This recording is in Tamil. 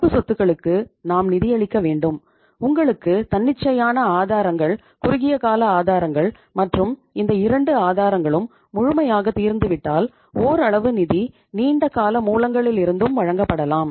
நடப்பு சொத்துக்களுக்கு நாம் நிதியளிக்க வேண்டும் உங்களுக்கு தன்னிச்சையான ஆதாரங்கள் குறுகிய கால ஆதாரங்கள் மற்றும் இந்த இரண்டு ஆதாரங்களும் முழுமையாக தீர்ந்துவிட்டால் ஓரளவு நிதி நீண்ட கால மூலங்களிலிருந்தும் வழங்கப்படலாம்